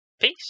Peace